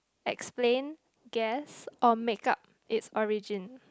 explain guess or make up it's origin